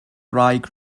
gwraig